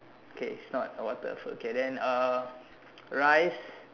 okay it's not a water a food okay then uh rice